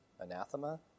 anathema